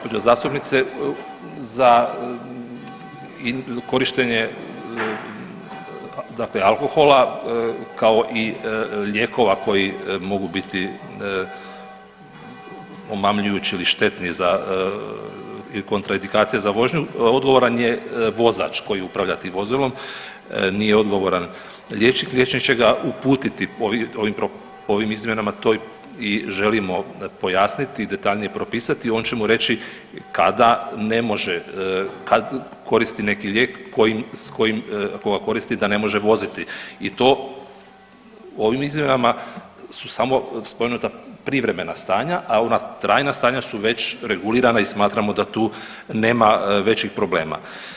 Poštovana gđo. zastupnice, za korištenje dakle alkohola, kao i lijekova koji mogu biti omamljujući ili štetni za ili kontraindikacije za vožnju odgovoran je vozač koji upravlja tim vozilom, nije odgovoran liječnik, liječnik će ga uputiti, ovim izmjenama to i želimo pojasniti i detaljnije propisati, on će mu reći kada ne može, kad koristi neki lijek kojim, s kojim, koga koristi da ne može voziti i to ovim izmjenama su samo spomenuta privremena stanja, a ona trajna stanja su već regulirana i smatramo da tu nema većih problema.